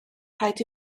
rhaid